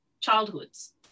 childhoods